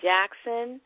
Jackson